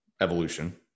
evolution